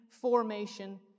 formation